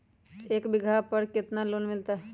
एक बीघा पर कितना लोन मिलता है?